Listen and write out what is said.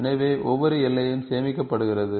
எனவே ஒவ்வொரு எல்லையும் சேமிக்கப்படுகிறது